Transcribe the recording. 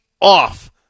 off